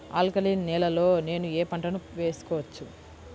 Alkaline నేలలో నేనూ ఏ పంటను వేసుకోవచ్చు?